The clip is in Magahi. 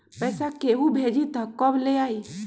पैसा केहु भेजी त कब ले आई?